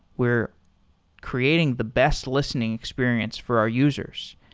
we're creating the best listening experience for our users,